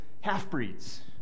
half-breeds